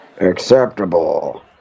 Acceptable